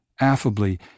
Affably